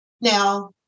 Now